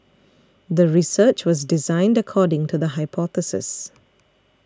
the research was designed according to the hypothesis